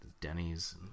Denny's